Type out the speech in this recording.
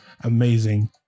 amazing